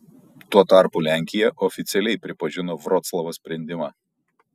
tuo tarpu lenkija oficialiai pripažino vroclavo sprendimą